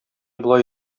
болай